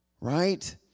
Right